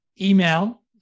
email